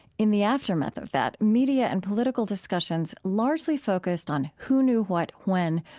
in the aftermath of that, media and political discussions largely focused on who knew what when,